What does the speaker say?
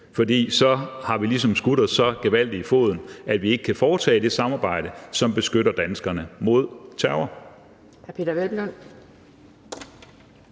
for så har vi ligesom skudt os så gevaldig i foden, at vi ikke kan have det samarbejde, som beskytter danskerne mod terror.